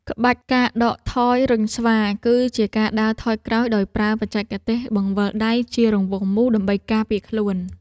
ក្បាច់ ការដកថយរុញស្វា គឺជាការដើរថយក្រោយដោយប្រើបច្ចេកទេសបង្វិលដៃជារង់វង់មូល ដើម្បីការពារខ្លួន។